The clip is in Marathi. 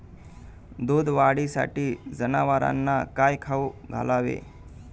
दूध वाढीसाठी जनावरांना काय खाऊ घालावे?